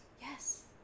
Yes